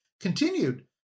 continued